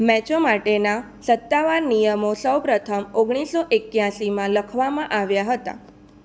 મેચો માટેના સત્તાવાર નિયમો સૌ પ્રથમ ઓગણીસો એક્યાશીમાં લખવામાં આવ્યા હતા